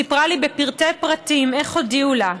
סיפרה לי בפרטי-פרטים איך הודיעו לה.